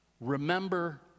Remember